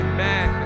Amen